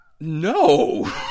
no